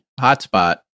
hotspot